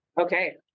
okay